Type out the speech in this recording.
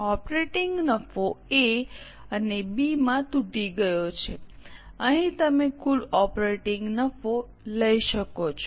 operating નફો A અને B માં તૂટી ગયો છે અહીં તમે કુલ ઓપરેટીંગ નફો લઈ શકો છો